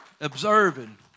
observing